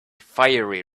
fiery